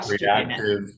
reactive